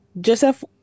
Joseph